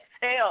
Hell